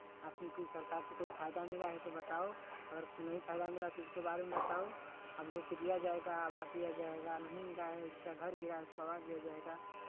आपको सरकार से कोई फायदा मिला है तो बताओ अगर नहीं फायदा मिला तो इसके बारे में बताओ आपलोग को दिया जाएगा आवास दिया जाएगा नहीं मिला है जिसका घर गिरा है उसको आवास दिया जाएगा